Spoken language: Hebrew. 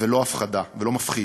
ולא מפחיד.